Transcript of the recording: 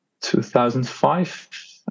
2005